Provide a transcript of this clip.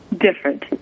different